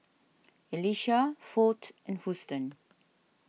Elisha ford and Houston